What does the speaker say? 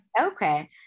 Okay